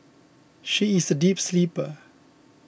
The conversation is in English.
she is a deep sleeper